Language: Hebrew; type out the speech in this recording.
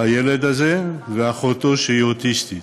הילד הזה ואחותו, שהיא אוטיסטית.